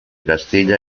castilla